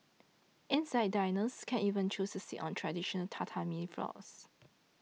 inside diners can even choose to sit on traditional Tatami floors